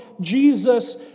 Jesus